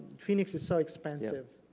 phoenix is so expansive.